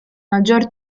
maggior